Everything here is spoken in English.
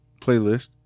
playlist